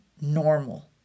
normal